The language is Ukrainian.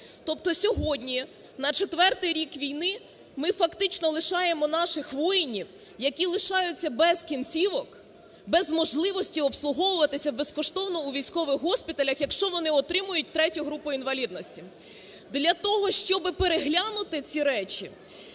Тобто сьогодні, на четвертий рік війни, ми фактично лишаємо наших воїнів, які лишаються без кінцівок, без можливості обслуговуватись безкоштовно у військових госпіталях, якщо вони отримають ІІІ групу інвалідності. Для того, щоб переглянути ці речі,